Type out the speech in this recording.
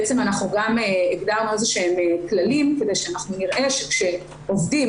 בעצם אנחנו גם הגדרנו כללים כדי שנראה שכשעובדים